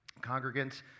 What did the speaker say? congregants